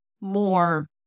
more